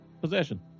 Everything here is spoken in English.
possession